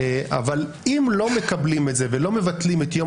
אבל אם לא מקבלים את זה ולא מבטלים את יום